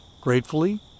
Gratefully